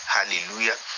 Hallelujah